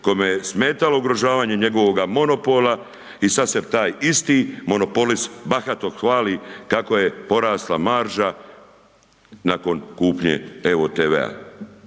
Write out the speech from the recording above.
kome je smetalo ugrožavanje njegovog monopola i sada se taj isti monopolist bahato hvali kako je porasla marža nakon kupnje EVO TV-a.